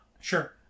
sure